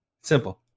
Simple